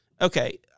okay